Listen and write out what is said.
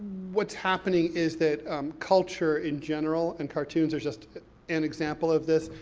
what's happening is that um culture, in general, and cartoons, are just an example of this,